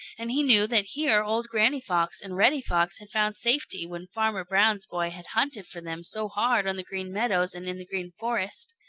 and he knew that here old granny fox and reddy fox had found safety when farmer brown's boy had hunted for them so hard on the green meadows and in the green forest.